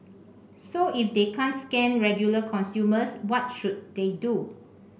so if they can't scam regular consumers what should they do